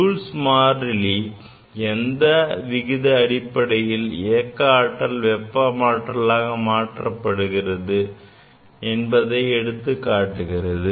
Joule's மாறிலி எந்த விகித அடிப்படையில் இயக்க ஆற்றல் வெப்ப ஆற்றலாக மாற்றப்படுகிறது என்பதை எடுத்துக் காட்டுகிறது